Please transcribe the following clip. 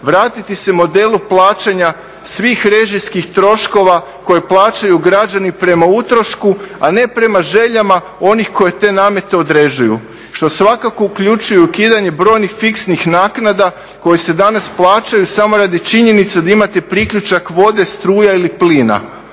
Vratiti se modelu plaćanja svih režijskih troškova koje plaćaju građani prema utrošku a ne prema željama onih koji te namete određuju. Što svakako uključuje i ukidanje brojnih fiksnih naknada koje se danas plaćaju samo radi činjenice da imate priključak vode, struje ili plina